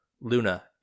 Luna